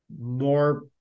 more